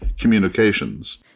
Communications